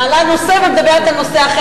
לוועדת האתיקה, שאת מעלה נושא ומדברת על נושא אחר.